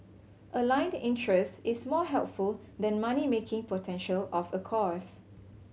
aligned interest is more helpful than money making potential of a course